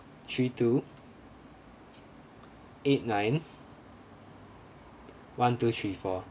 three two eight nine one two three four